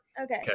okay